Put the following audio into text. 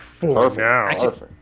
Perfect